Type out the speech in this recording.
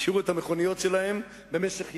הם השאירו את המכוניות שלהם במשך ימים,